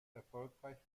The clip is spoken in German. erfolgreich